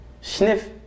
sniff